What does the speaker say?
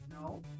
No